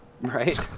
right